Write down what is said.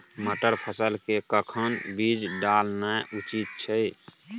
मटर फसल के कखन बीज डालनाय उचित छै?